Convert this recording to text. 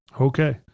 Okay